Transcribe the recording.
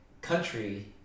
country